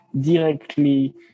directly